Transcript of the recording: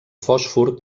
fòsfor